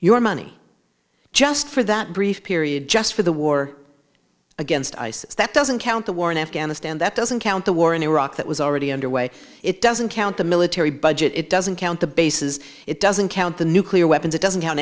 your money just for that brief period just for the war against isis that doesn't count the war in afghanistan that doesn't count the war in iraq that was already under way it doesn't count the military budget it doesn't count the bases it doesn't count the nuclear weapons it doesn't